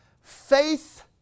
Faith